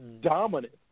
dominant